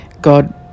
God